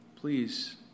Please